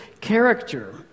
character